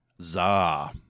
Zah